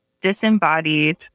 disembodied